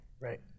Right